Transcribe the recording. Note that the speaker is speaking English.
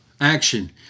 action